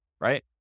right